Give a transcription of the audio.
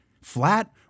flat